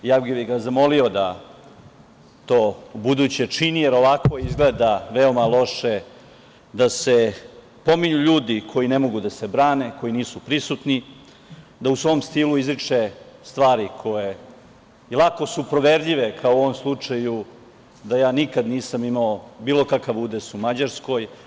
Ja bih ga zamolio da to ubuduće ne čini, jer ovako izgleda veoma loše da se pominju ljudi koji ne mogu da se brane, koji nisu prisutni, da u svom stilu izriče stvari koje su lako su proverljive, kao u ovom slučaju da ja nikad nisam imao bilo kakav udes u Mađarskoj.